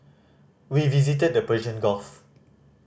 we visited the Persian Gulf